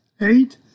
Eight